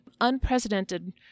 unprecedented